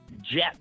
jet